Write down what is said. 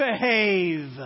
behave